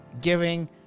giving